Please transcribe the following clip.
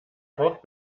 braucht